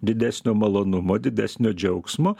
didesnio malonumo didesnio džiaugsmo